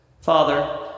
Father